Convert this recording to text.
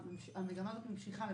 המגמה הזאת ממשיכה.